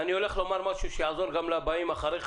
אני הולך לומר משהו שיעזור גם לבאים אחריך